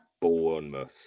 Bournemouth